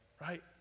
right